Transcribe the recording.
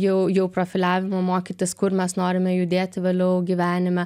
jau jau profiliavimo mokytis kur mes norime judėti vėliau gyvenime